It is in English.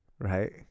Right